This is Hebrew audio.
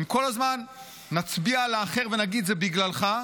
אם כל הזמן נצביע על האחר ונגיד: זה בגללך,